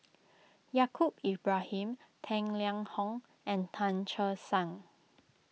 Yaacob Ibrahim Tang Liang Hong and Tan Che Sang